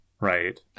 right